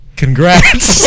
congrats